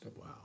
Wow